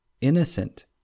innocent